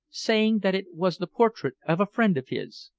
saying that it was the portrait of a friend of his.